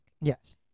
Yes